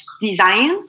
design